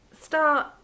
start